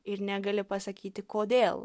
ir negali pasakyti kodėl